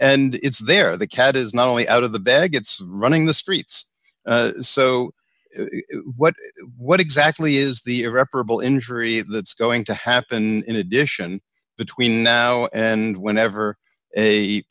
and it's there the cat is not only out of the bag it's running the streets so what exactly is the irreparable injury that's going to happen in addition between now and whenever a